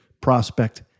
prospect